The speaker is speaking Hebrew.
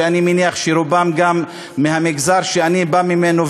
ואני מניח שרובם גם מהמגזר שאני בא ממנו,